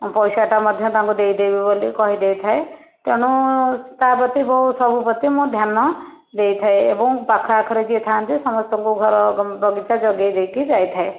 ପଇସା ଟା ମଧ୍ୟ ତାଙ୍କୁ ଦେଇଦେବି ବୋଲି କହିଦେଇଥାଏ ତେଣୁ ସ୍ ତା ପ୍ରତି ସବୁ ପ୍ରତି ମୁଁ ଧ୍ୟାନ ଦେଇଥାଏ ଏବଂ ପାଖ ଆଖ ରେ ଯିଏ ଥାନ୍ତି ସମସ୍ତଙ୍କୁ ଘର ବଗିଚା ଜଗାଇ ଦେଇକି ଯାଇଥାଏ